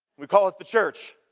we call it the church.